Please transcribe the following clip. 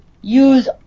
use